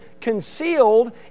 concealed